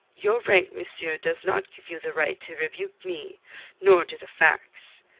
your rank, monsieur, does not give you the right to rebuke me nor do the facts.